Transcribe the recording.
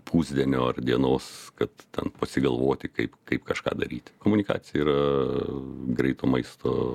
pusdienio ar dienos kad ten pasigalvoti kaip kaip kažką daryti komunikacija yra greito maisto